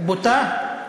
בוטה.